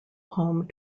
home